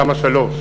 תמ"א 3,